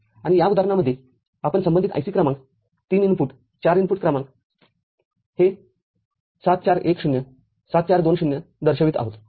आणि या उदाहरणांमध्ये आपण संबंधित IC क्रमांक ३ इनपुट ४ इनपुट IC क्रमांक हे ७४१० ७४२० दर्शवित आहोत